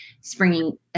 springing